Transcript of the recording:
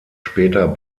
später